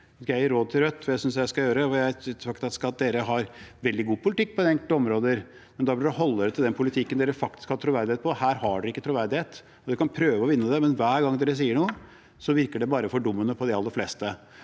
jeg gi råd til Rødt, for det synes jeg at jeg skal gjøre. De har faktisk veldig god politikk på enkelte områder, men da bør de holde seg til den politikken de faktisk har troverdighet på. Her har de ikke troverdighet. De kan prøve å vinne det, men hver gang de sier noe, virker det bare fordummende på de aller fleste.